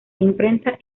imprenta